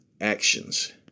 actions